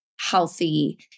healthy